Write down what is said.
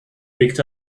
picked